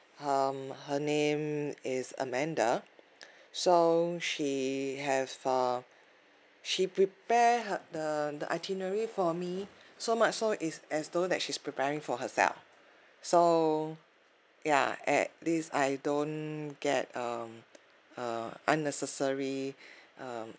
um her name is amanda so she has uh she prepare her the the itinerary for me so much so is as though that she's preparing for herself so ya at least I don't get um uh unnecessary uh